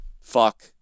fuck